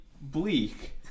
bleak